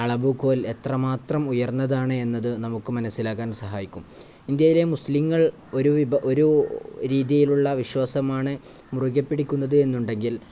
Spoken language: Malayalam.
അളവു കോൽ എത്രമാത്രം ഉയർന്നതാണ് എന്നതു നമുക്കു മനസ്സിലാക്കാൻ സഹായിക്കും ഇന്ത്യയിലെ മുസ്ലീങ്ങൾ ഒരു ഒരു രീതിയിലുള്ള വിശ്വാസമാണ് മുറുകെപ്പിടിക്കുന്നത് എന്നുണ്ടെങ്കിൽ